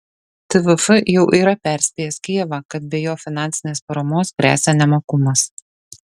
tvf jau yra perspėjęs kijevą kad be jo finansinės paramos gresia nemokumas